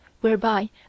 whereby